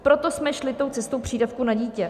Proto jsme šli cestou přídavků na dítě.